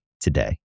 today